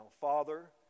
Father